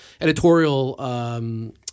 editorial –